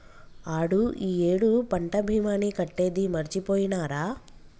ఆడు ఈ ఏడు పంట భీమాని కట్టేది మరిచిపోయినారా